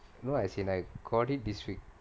no as in I caught it this week